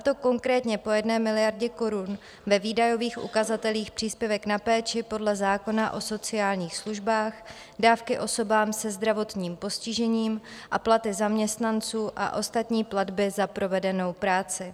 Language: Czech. To konkrétně po jedné miliardě korun do výdajových ukazatelů příspěvek na péči podle zákona o sociálních službách, dávky osobám se zdravotním postižením a platy zaměstnanců a ostatní platby za provedenou práci.